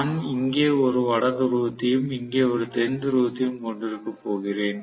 நான் இங்கே ஒரு வட துருவத்தையும் இங்கே ஒரு தென் துருவத்தையும் கொண்டிருக்கப் போகிறேன்